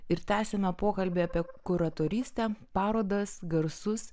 ir tęsiame pokalbį apie kuratorystę parodas garsus